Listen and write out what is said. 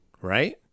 right